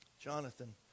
Jonathan